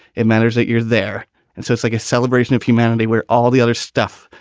it matters that you're there. and so it's like a celebration of humanity where all the other stuff,